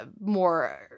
more